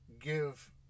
give